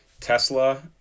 Tesla